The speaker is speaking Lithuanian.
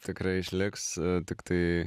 tikrai išliks tiktai